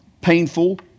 painful